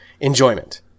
enjoyment